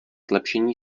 zlepšení